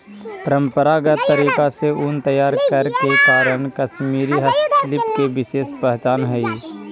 परम्परागत तरीका से ऊन तैयार करे के कारण कश्मीरी हस्तशिल्प के विशेष पहचान हइ